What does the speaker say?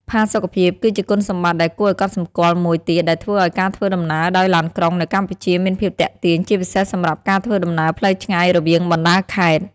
ផាសុកភាព គឺជាគុណសម្បត្តិដ៏គួរឲ្យកត់សម្គាល់មួយទៀតដែលធ្វើឱ្យការធ្វើដំណើរដោយឡានក្រុងនៅកម្ពុជាមានភាពទាក់ទាញ ជាពិសេសសម្រាប់ការធ្វើដំណើរផ្លូវឆ្ងាយរវាងបណ្ដាខេត្ត។